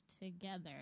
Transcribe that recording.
together